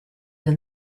than